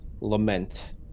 lament